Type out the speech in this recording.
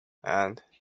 and